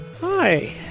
Hi